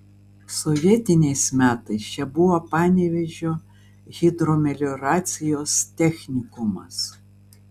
sovietiniais metais čia buvo panevėžio hidromelioracijos technikumas